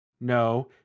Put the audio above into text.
No